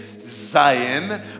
zion